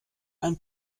ein